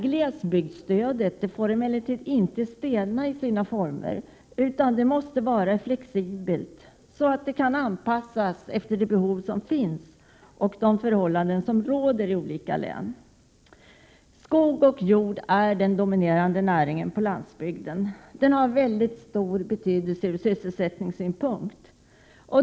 Glesbygdsstödet får emellertid inte stelna i sina former utan måste vara så flexibelt att det kan anpassas till de behov som finns och till de förhållanden som råder i olika län. Skog och jord är de dominerande näringarna på landsbygden. De har stor betydelse från sysselsättningssynpunkt.